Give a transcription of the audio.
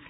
ദേദ